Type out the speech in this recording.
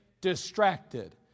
distracted